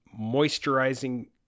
moisturizing